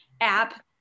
app